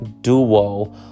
duo